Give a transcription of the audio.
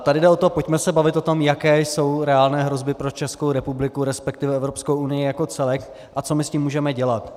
Tady jde o to, pojďme se bavit o tom, jaké jsou reálné hrozby pro Českou republiku, resp. Evropskou unii jako celek a co my s tím můžeme dělat.